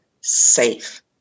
safe